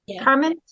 Carmen